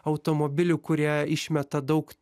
automobilių kurie išmeta daug